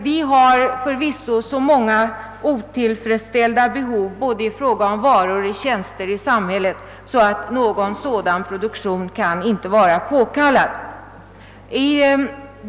Vi har förvisso så många otillfredsställda behov i vårt samhälle både i fråga om varor och tjänster, att en sådan produktion knappast kan anses påkallad.